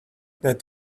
that